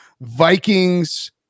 Vikings